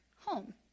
home